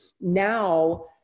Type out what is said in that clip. now